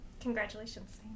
Congratulations